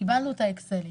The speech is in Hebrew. ואת האקסלים.